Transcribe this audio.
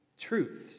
Truths